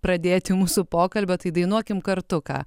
pradėti mūsų pokalbio tai dainuokim kartu ką